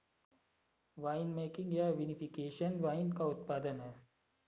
winemaking या vinification wine का उत्पादन है